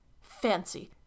Fancy